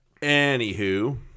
Anywho